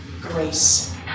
grace